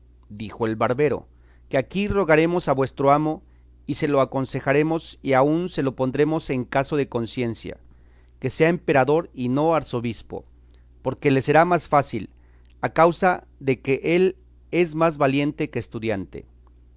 dijo el barbero que aquí rogaremos a vuestro amo y se lo aconsejaremos y aun se lo pondremos en caso de conciencia que sea emperador y no arzobispo porque le será más fácil a causa de que él es más valiente que estudiante